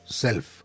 self